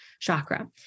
chakra